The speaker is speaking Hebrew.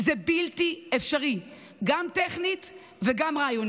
זה בלתי אפשרי גם טכנית וגם רעיונית.